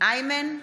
איימן עודה,